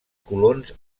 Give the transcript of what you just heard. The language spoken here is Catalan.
colons